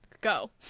go